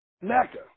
Mecca